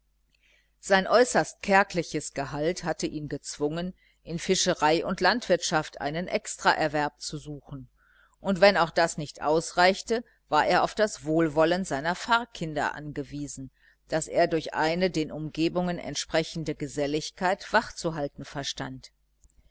sein äußerst kärgliches gehalt hatte ihn gezwungen in fischerei und landwirtschaft einen extraerwerb zu suchen und wenn auch das nicht ausreichte war er auf das wohlwollen seiner pfarrkinder angewiesen das er durch eine den umgebungen entsprechende geselligkeit wachzuhalten verstand